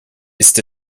ist